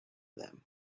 them